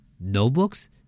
Notebooks